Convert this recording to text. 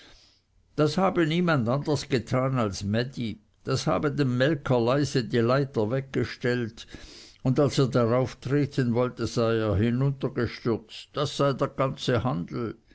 das habe niemand anders getan als mädi das habe dem melker leise die leiter weggestellt und als der darauf treten wollte sei er hinuntergestürzt das sei der ganze handel